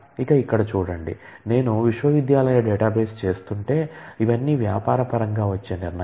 ఇక ఇక్కడ చుడండి నేను విశ్వవిద్యాలయ డేటాబేస్ చేస్తుంటే ఇవన్నీ వ్యాపార పరంగా వచ్చే నిర్ణయాలు